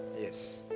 Yes